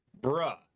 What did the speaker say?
Bruh